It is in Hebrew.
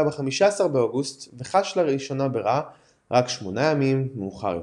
ב-15 באוגוסט וחש לראשונה ברע רק 8 ימים מאוחר יותר.